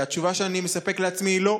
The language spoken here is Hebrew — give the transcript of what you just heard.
והתשובה שאני מספק לעצמי היא לא.